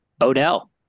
Odell